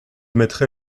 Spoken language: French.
mettrai